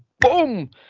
boom